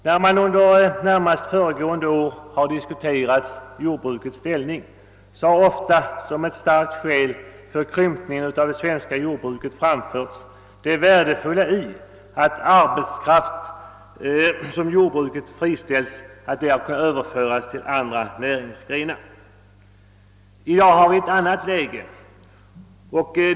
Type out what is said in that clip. När man här under närmast föregående år har diskuterat jordbrukets ställning, så har ofta som ett starkt skäl för krympningen av det svenska jordbruket framförts det värdefulla i att arbetskraft inom jordbruket friställs och kan överföras till andra näringsgrenar. I dag har vi ett annat läge.